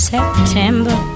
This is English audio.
September